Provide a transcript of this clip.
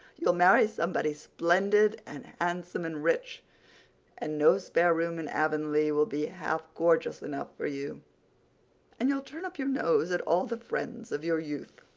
you'll marry somebody splendid and handsome and rich and no spare room in avonlea will be half gorgeous enough for you and you'll turn up your nose at all the friends of your youth.